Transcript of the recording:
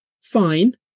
fine